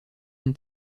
anne